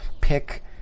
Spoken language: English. pick